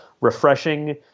refreshing